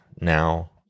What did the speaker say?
now